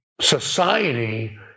society